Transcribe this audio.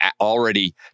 already